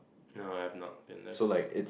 no I have not been there